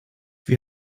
wir